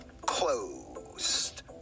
closed